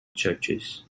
churches